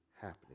happening